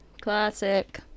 classic